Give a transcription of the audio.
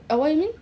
what you mean